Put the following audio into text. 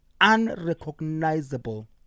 Unrecognizable